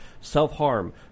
self-harm